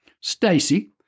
Stacy